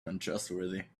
untrustworthy